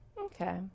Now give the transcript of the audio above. Okay